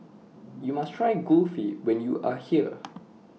YOU must Try Kulfi when YOU Are here